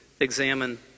examine